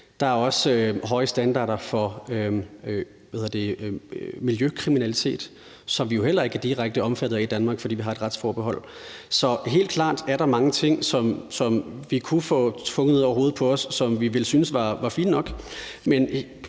Der er også høje standarder for miljøkriminalitet, som vi jo heller ikke er direkte omfattet af i Danmark, fordi vi har et retsforbehold. Så der er helt klart mange ting, som vi kunne få tvunget ned over hovedet, som vi ville synes var fine nok,